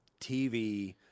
TV